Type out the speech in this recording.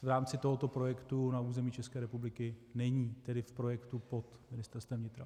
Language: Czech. V rámci tohoto projektu na území České republiky není, tedy v projektu pod Ministerstvem vnitra.